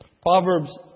Proverbs